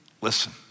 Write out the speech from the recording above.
listen